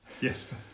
Yes